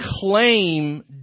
claim